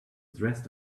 dressed